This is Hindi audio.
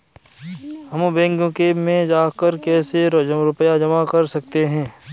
हम बैंक में जाकर कैसे रुपया जमा कर सकते हैं?